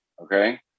Okay